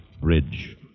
Bridge